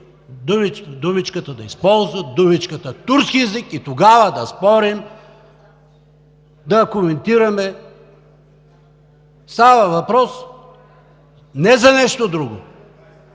си – да използват думичките „турски език“ и тогава да спорим, да коментираме. Става въпрос не за нещо друго,